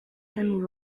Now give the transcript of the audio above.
and